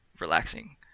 relaxing